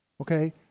Okay